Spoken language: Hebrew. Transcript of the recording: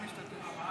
אינו משתתף בהצבעה